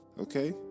Okay